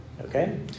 Okay